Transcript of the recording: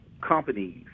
companies